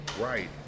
right